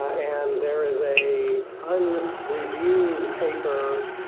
and there is a unreviewed paper